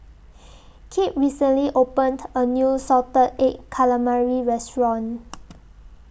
Kipp recently opened A New Salted Egg Calamari Restaurant